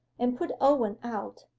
and put owen out.